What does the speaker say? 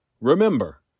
Remember